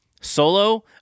Solo